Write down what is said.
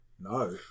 No